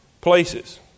Places